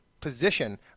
position